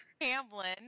Hamlin